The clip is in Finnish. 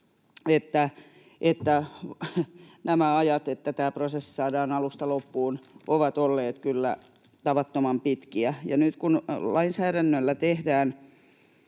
ja nämä ajat, että tämä prosessi saadaan alusta loppuun, ovat olleet kyllä tavattoman pitkiä. Nyt lainsäädännöllä tehdään